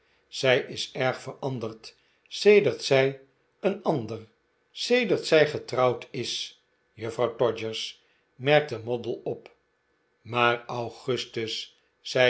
zij is erg veranderd sedert zij een ander sedert zij getrouwd is juffrouw todgers merkte moddle op r maar augustus zei